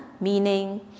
meaning